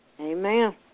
Amen